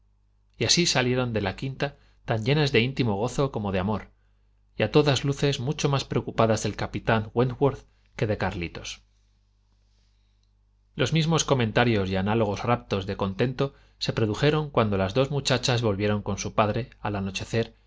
y así salieron de la quinta tan llenas de íntimo gozo como de amor y a todas luces mucho más preocupadas del capitán wentworth que de carlitos los mismos comentarios y análogos raptos de contento se produjeron cuando las dos muchachas volvieron con su padre al anochecer